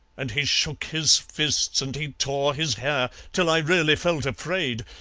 and he shook his fists and he tore his hair, till i really felt afraid,